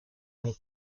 long